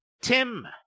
Tim